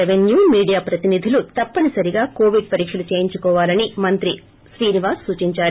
revenue media ప్రతినిధులు తప్పనిసరిగా COVID పరీక్షలు చేయించుకోవాలని మంత్రి అవంతి శ్రీనివాస్ సూచిందారు